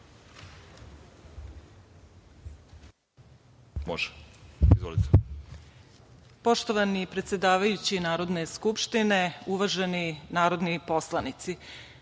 Lagumdžija** Poštovani predsedavajući Narodne skupštine, uvaženi narodni poslanici,